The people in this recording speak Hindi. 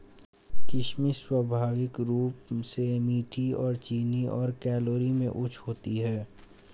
किशमिश स्वाभाविक रूप से मीठी और चीनी और कैलोरी में उच्च होती है